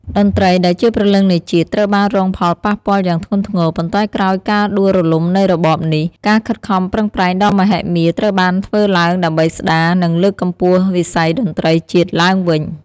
តន្ត្រីដែលជាព្រលឹងនៃជាតិ ត្រូវបានរងផលប៉ះពាល់យ៉ាងធ្ងន់ធ្ងរ ប៉ុន្តែក្រោយការដួលរលំនៃរបបនេះ ការខិតខំប្រឹងប្រែងដ៏មហិមាត្រូវបានធ្វើឡើងដើម្បីស្តារ និងលើកកម្ពស់វិស័យតន្ត្រីជាតិឡើងវិញ។